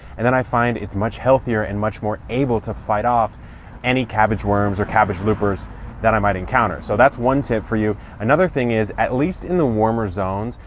and then i find it's much healthier and much more able to fight off any cabbage worms or cabbage loopers that i might encounter. so that's one tip for you. another thing is, at least in the warmer zones,